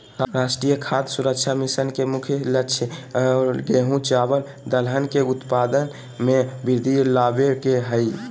राष्ट्रीय खाद्य सुरक्षा मिशन के मुख्य लक्ष्य गेंहू, चावल दलहन के उत्पाद में वृद्धि लाबे के हइ